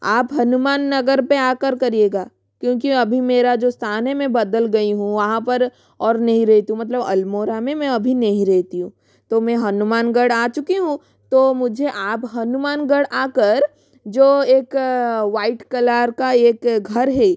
आप हनुमान नगर पे आकर करिएगा क्योंकि अभी मेरा जो स्थान है मैं बदल गई हूँ वहाँ पर और नहीं रही तो मतलब अलमोड़ा में मैं अभी नहीं रहती हूँ तो मे हनुमानगढ़ आ चुकी हूँ तो मुझे आप हनुमानगढ़ आकर जो एक वाइट कलर का एक घर है